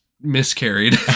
miscarried